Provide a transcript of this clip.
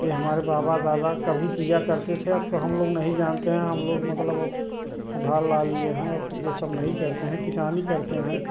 ये हमारे बाबा दादा कभी किया करते थे अब तो हम लोग नहीं जानते हैं हम लोग मतलब अब सुधार ला लिये हैं अब ये सब नहीं करते हैं किसानी करते हैं